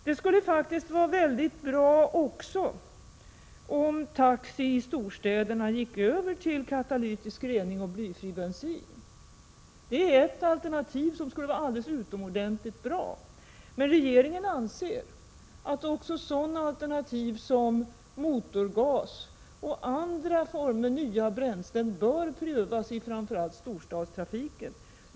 Det skulle faktiskt vara mycket bra om också taxi i storstäderna gick över till katalytisk rening och blyfri bensin. Det är ett alternativ som skulle vara utomordentligt bra. Men regeringen anser också att sådana alternativ som motorgas och andra former av nya bränslen bör prövas i framför allt storstadstrafiken.